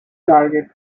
target